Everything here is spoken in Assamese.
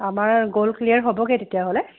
আমাৰ গ'ল ক্লীয়াৰ হ'বগৈ তেতিয়াহ'লে